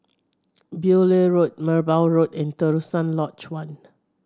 Beaulieu Road Merbau Road and Terusan Lodge One